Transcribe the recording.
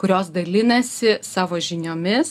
kurios dalinasi savo žiniomis